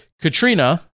Katrina